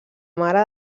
mare